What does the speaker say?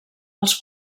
els